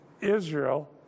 Israel